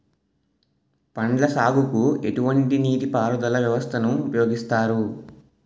పండ్ల సాగుకు ఎటువంటి నీటి పారుదల వ్యవస్థను ఉపయోగిస్తారు?